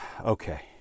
Okay